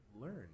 learn